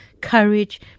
courage